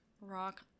Rock